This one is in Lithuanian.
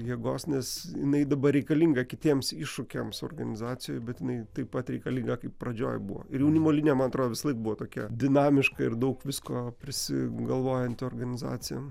jėgos nes jinai dabar reikalinga kitiems iššūkiams organizacijoj bet jinai taip pat reikalinga kaip pradžioje buvo ir jaunimo linija man atrodo visąlaik buvo tokia dinamiška ir daug visko prisigalvojanti organizacija